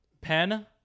pen